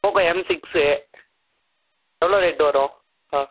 Poco M six எவ்வளோ rate வரும் ஆ